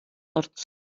hortz